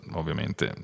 ovviamente